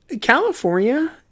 California